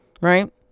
Right